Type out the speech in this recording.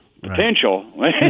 potential